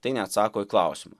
tai neatsako į klausimą